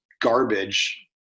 garbage